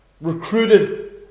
recruited